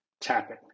tapping